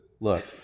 look